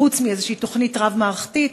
חוץ מאיזושהי תוכנית רב-מערכתית,